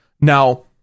Now